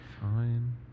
Fine